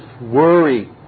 worry